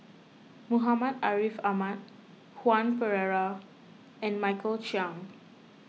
Muhammad Ariff Ahmad Joan Pereira and Michael Chiang